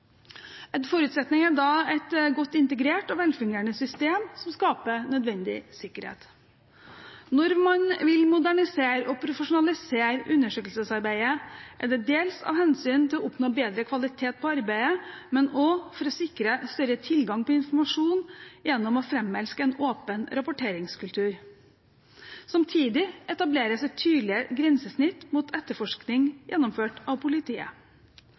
En forutsetning er et godt integrert og velfungerende system, som skaper nødvendig sikkerhet. Når man vil modernisere og profesjonalisere undersøkelsesarbeidet, er det dels for å oppnå bedre kvalitet på arbeidet, men også for å sikre større tilgang på informasjon gjennom å framelske en åpen rapporteringskultur. Samtidig etableres et tydeligere grensesnitt mot etterforskning gjennomført av politiet.